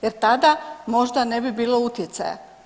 Jer tada možda ne bi bilo utjecaja.